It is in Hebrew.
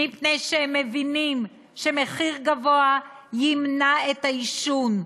מפני שהם מבינים שמחיר גבוה ימנע את העישון,